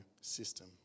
system